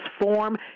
form